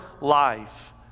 life